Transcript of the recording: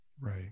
Right